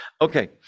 Okay